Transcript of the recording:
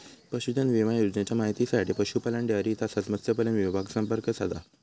पशुधन विमा योजनेच्या माहितीसाठी पशुपालन, डेअरी तसाच मत्स्यपालन विभागाक संपर्क साधा